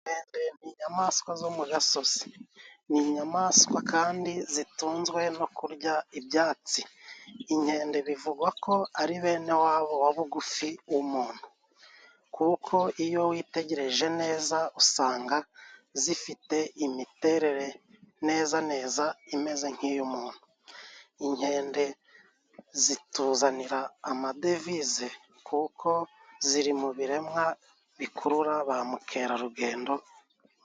Ende ni inyamaswa zo mu gasozi. Ni inyamaswa kandi zitunzwe no kurya ibyatsi. Inkende bivugwa ko ari bene wabo wa bugufi w'umuntu. Kuko iyo witegereje neza, usanga zifite imiterere neza neza imeze nk'iy'umuntu. Inkende zituzanira amadevize kuko ziri mu biremwa bikurura ba mukerarugendo.